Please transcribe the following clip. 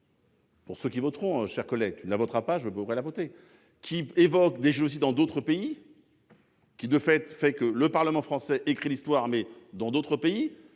Pour ceux qui voteront chers collègues tu ne la votera pas je la voter, qui évoque des jeux aussi dans d'autres pays. Qui de fait, fait que le Parlement français, écrit l'histoire, mais dans d'autres pays